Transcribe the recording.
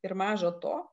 ir maža to